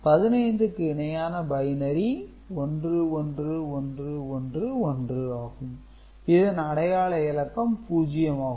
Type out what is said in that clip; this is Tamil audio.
15க்கு இணையான பைனரி 1111 ஆகும் இதன் அடையாள இலக்கம் 0 ஆகும்